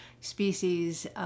species